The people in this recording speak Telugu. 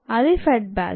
అది ఫెడ్ బ్యాచ్